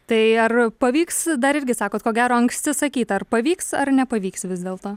tai ar pavyks dar irgi sakot ko gero anksti sakyt ar pavyks ar nepavyks vis dėlto